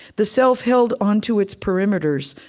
the self held on to its perimeters,